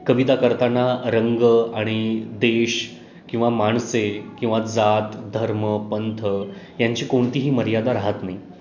कविता करताना रंग आणि देश किंवा माणसे किंवा जात धर्म पंथ यांची कोणतीही मर्यादा राहत नाही